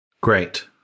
great